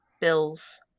Bill's